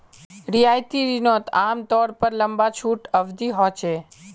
रियायती रिनोत आमतौर पर लंबा छुट अवधी होचे